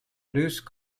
loose